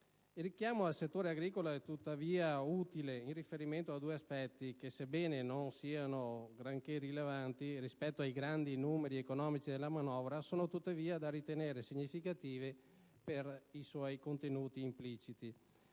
Il richiamo al settore agricolo è utile in riferimento a due aspetti che, sebbene non siano granché rilevanti rispetto ai grandi numeri economici della manovra, sono tuttavia da ritenere significativi per i loro contenuti impliciti.